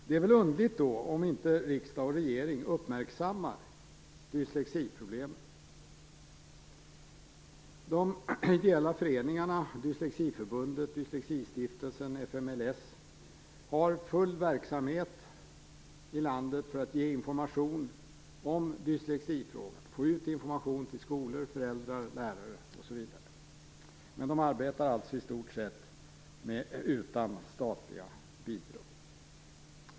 Det är underligt om inte riksdag och regering uppmärksammar dyslexiproblemet. De ideella föreningarna - Dyslexiförbundet, Dyslexistiftelsen, FMLS - har full verksamhet i landet för att ge information om dyslexifrågan, få ut information till skolor, föräldrar, lärare osv., men de arbetar i stort sett utan statliga bidrag.